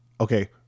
okay